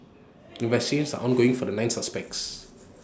investigations are ongoing for the mine suspects